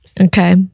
Okay